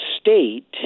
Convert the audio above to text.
state